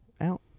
out